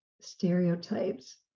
stereotypes